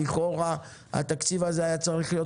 לכאורה נראה שהתקציב הזה היה צריך להיות